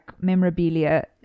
memorabilia